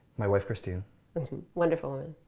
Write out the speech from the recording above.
my wife christine wonderful woman